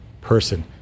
person